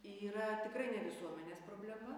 yra tikrai ne visuomenės problema